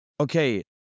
okay